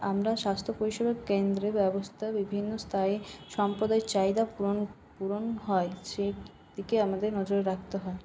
আমরা স্বাস্থ্য পরিষেবা কেন্দ্রে ব্যবস্থা বিভিন্ন স্থায়ী সম্প্রদায়ের চাহিদা পূরণ পূরণ হয় সেইদিকে আমাদের নজর রাখতে হয়